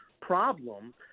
problem